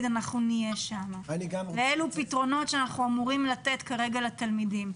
אנחנו נהיה שם ואלו פתרונות שאנחנו אמורים לתת כרגע לתלמידים.